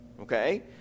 Okay